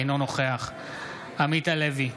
אינו נוכח עמית הלוי,